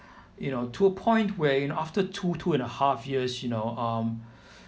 you know to a point where after two two and a half years you know um